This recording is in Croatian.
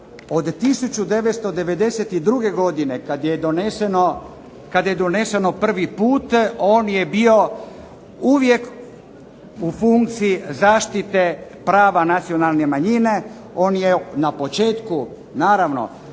od 1992. godine kada je doneseno prvi put on je bio uvijek u funkciji zaštite prava nacionalne manjine, on je na početku naravno